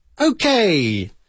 Okay